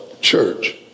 Church